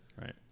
Right